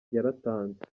yaratanze